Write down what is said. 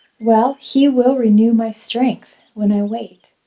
well he will renew my strength when i wait.